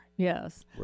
Yes